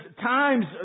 times